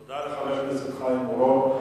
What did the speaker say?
תודה לחבר הכנסת חיים אורון.